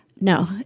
No